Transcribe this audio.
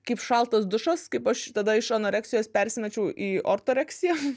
kaip šaltas dušas kaip aš tada iš anoreksijos persimečiau į ortoreksiją